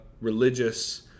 religious